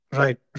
right